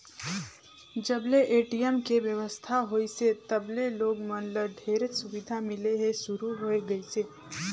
जब ले ए.टी.एम के बेवस्था होइसे तब ले लोग मन ल ढेरेच सुबिधा मिले ले सुरू होए गइसे